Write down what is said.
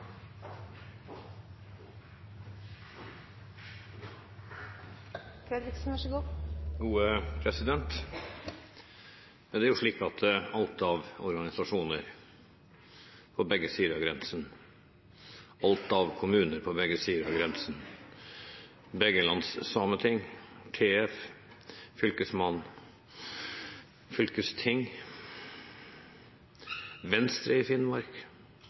Alt av organisasjoner på begge sider av grensen, alt av kommuner på begge sider av grensen, begge landenes sameting, TF, Fylkesmannen, fylkestinget, Venstre i Finnmark,